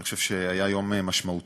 אני חושב שזה היה יום משמעותי,